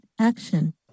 action